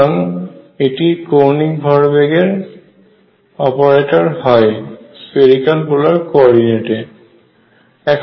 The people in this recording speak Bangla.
সুতরাং এটি কৌণিক ভরবেগ এর অপারেটর হয় স্ফেরিক্যাল পোলার কো অর্ডিনেটর এ